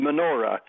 menorah